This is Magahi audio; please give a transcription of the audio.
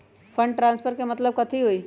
फंड ट्रांसफर के मतलब कथी होई?